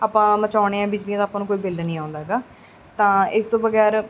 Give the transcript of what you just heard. ਆਪਾਂ ਮਚਾਉਂਦੇ ਹਾਂ ਬਿਜਲੀ ਤਾਂ ਆਪਾਂ ਨੂੰ ਕੋਈ ਬਿੱਲ ਨਹੀਂ ਆਉਂਦਾ ਹੈਗਾ ਤਾਂ ਇਸ ਤੋਂ ਬਗੈਰ